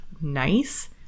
nice